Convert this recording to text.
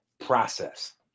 process